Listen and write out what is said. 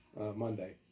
Monday